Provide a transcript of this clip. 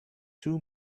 two